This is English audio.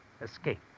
escape